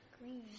Green